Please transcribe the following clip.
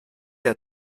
der